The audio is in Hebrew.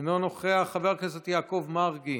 אינו נוכח, חבר הכנסת עמיחי שיקלי,